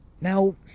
Now